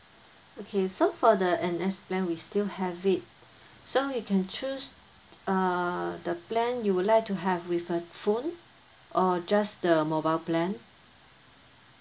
okay so for the N_S plan we still have it so you can choose err the plan you would like to have with a phone or just the mobile plan